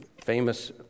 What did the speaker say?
famous